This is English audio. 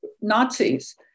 Nazis